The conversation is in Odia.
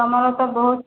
ତୁମର ତ ବହୁତ